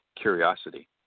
curiosity